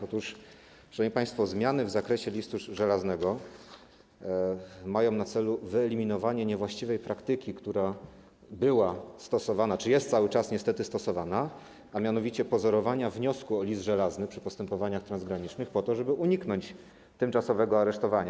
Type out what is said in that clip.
Otóż, szanowni państwo, zmiany w zakresie listu żelaznego mają na celu wyeliminowanie niewłaściwej praktyki, która była stosowana czy jest cały czas niestety stosowana, a mianowicie pozorowania wniosku o list żelazny przy postępowaniach transgranicznych po to, żeby uniknąć tymczasowego aresztowania.